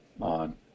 on